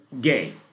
gay